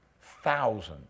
Thousands